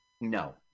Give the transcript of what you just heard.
No